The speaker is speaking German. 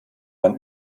man